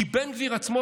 כי בן גביר עצמו,